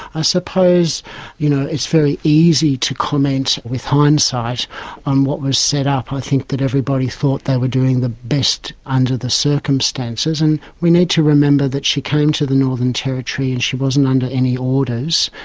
i suppose you know it's very easy to comment with hindsight on what was set up. i think that everybody thought they were doing the best under the circumstances, and we need to remember that she came to the northern territory and she wasn't under any orders,